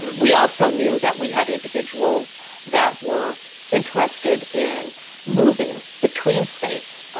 we also knew that we had individuals that were interested in moving between states,